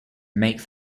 make